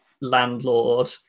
landlord